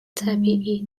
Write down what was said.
طبیعی